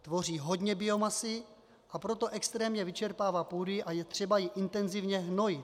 Tvoří hodně biomasy, a proto extrémně vyčerpává půdy a je třeba ji intenzivně hnojit.